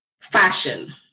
fashion